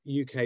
UK